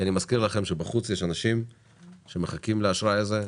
כי אני מזכיר לכם שבחוץ יש אנשים שמחכים לאשראי הזה,